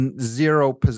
zero